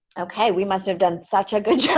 ok, we must have done such a good job